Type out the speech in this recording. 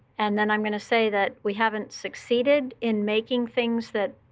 and then i'm going to say that we haven't succeeded in making things that